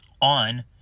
on